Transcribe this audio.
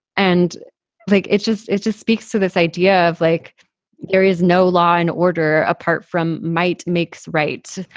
and like it just it just speaks to this idea of like there is no law and order apart from might makes, right?